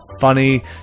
funny